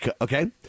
Okay